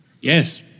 Yes